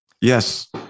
yes